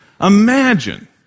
Imagine